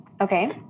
Okay